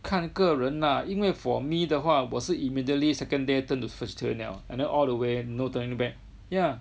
看个人啦因为 for me 的话我是 immediately second day turn to fasting 了 and then all the way no turning back yeah